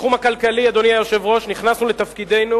בתחום הכלכלי, אדוני היושב-ראש, נכנסנו לתפקידנו